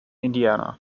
indiana